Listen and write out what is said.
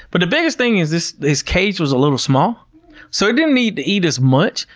but the biggest thing is this, his cage was a little small so it didn't need to eat as much,